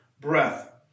breath